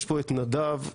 יש פה את נדב וטובי,